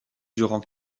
durant